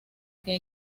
que